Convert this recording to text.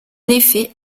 effet